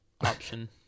option